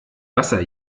wasser